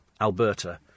Alberta